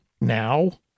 Now